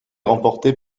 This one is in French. remportée